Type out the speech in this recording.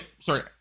sorry